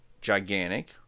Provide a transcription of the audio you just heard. gigantic